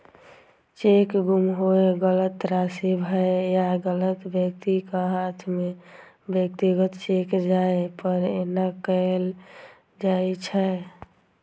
cheque गुम होय, गलत राशि भरै या गलत व्यक्तिक हाथे मे व्यक्तिगत चेक जाय पर एना कैल जाइ छै